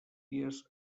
dies